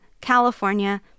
California